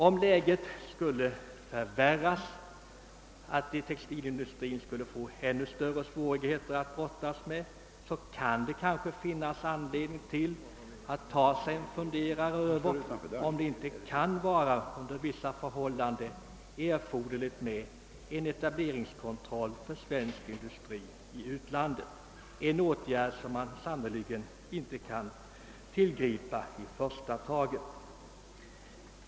Om läget skulle förvärras och textilindustrin alltså skulle få ännu större svårigheter att brottas med, kan det kanske vara befogat att ta sig en funderare över om det inte under vissa förhållanden är erforderligt med en etableringskontroll för svensk industri i utlandet, en åtgärd som sannerligen inte bör tillgripas i första taget.